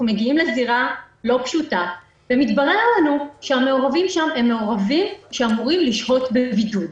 הגענו לזירה לא פשוטה והתברר שהמעורבים שם אמורים לשהות בבידוד.